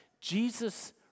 Jesus